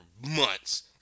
months